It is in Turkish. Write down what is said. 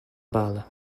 bağlı